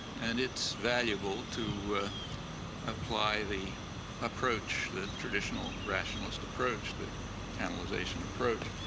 and it's valuable to apply the approach, the traditional rationalist approach, the canalization approach,